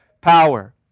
power